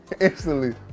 instantly